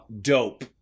dope